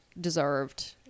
deserved